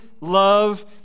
love